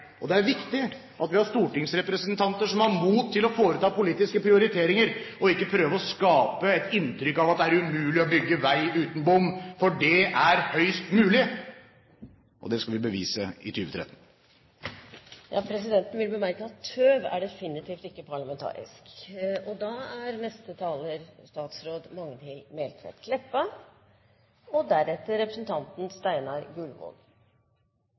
veier. Det er viktig for hele landet at det bygges veier, og det er viktig at vi har stortingsrepresentanter som har mot til å foreta politiske prioriteringer og ikke prøver å skape et inntrykk av at det er umulig å bygge vei uten bom, for det er høyst mulig. Og det skal vi bevise i 2013. Presidenten vil bemerke at «tøv» definitivt ikke er et parlamentarisk